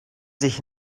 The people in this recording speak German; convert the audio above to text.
sich